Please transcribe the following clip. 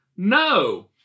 No